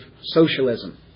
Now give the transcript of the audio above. socialism